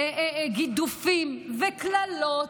גידופים וקללות,